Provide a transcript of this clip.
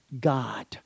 God